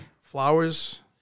Flowers